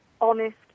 honest